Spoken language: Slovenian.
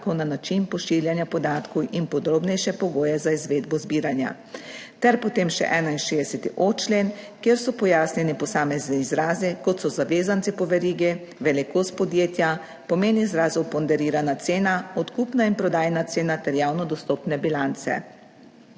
na način pošiljanja podatkov in podrobnejše pogoje za izvedbo zbiranja ter potem še 61.o člen, kjer so pojasnjeni posamezni izrazi, kot so zavezanci po verigi, velikost podjetja, pomen izrazov ponderirana cena, odkupna in prodajna cena ter javno dostopne bilance.